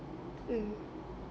mm